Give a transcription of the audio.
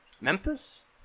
Memphis